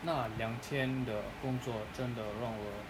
那两天的工作真的让我